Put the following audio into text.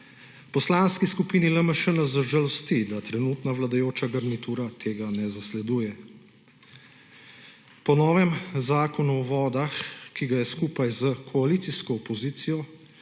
Poslanski skupini LMŠ nas žalosti, da trenutno vladajoča garnitura tega ne zasleduje. Po novem Zakon o vodah, ki ga je skupaj s koalicijsko opozicijo